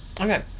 Okay